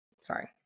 Sorry